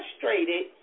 frustrated